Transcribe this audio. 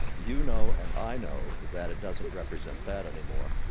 you know and i know that it doesn't represent that any more.